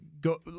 go